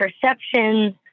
perceptions